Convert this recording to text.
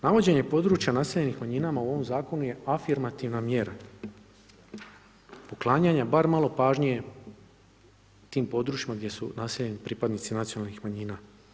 Navođenje područja naseljenih manjinama u ovim zakonu je afirmativna mjera uklanjanja bar malo pažnje na tim područjima gdje su naseljeni pripadnici nacionalnih manjina.